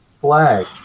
flag